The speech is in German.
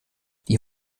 die